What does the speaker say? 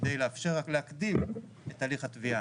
כדי לאפשר להקדים את הליך התביעה.